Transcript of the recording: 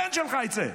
הבן שלך יצא.